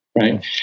right